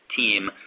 team